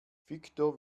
viktor